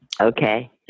okay